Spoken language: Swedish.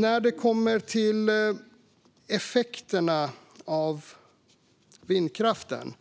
När det kommer till effekterna av vindkraften